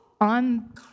on